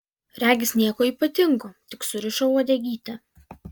regis nieko ypatingo tik surišo uodegytę